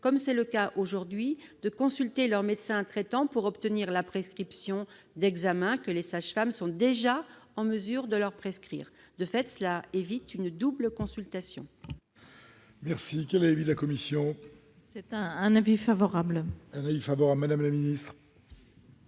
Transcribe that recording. comme c'est le cas aujourd'hui, de consulter leur médecin traitant pour obtenir la prescription d'examens que les sages-femmes sont déjà en mesure de prescrire. De fait, cela éviterait une double consultation. Quel est l'avis de la commission ? Avis favorable. Quel est l'avis du Gouvernement ?